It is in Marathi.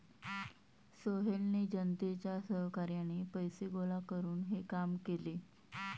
सोहेलने जनतेच्या सहकार्याने पैसे गोळा करून हे काम केले